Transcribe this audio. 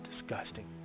disgusting